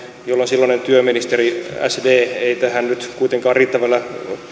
jolloin silloinen työministeri sd ei tähän nyt kuitenkaan riittävällä